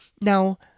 Now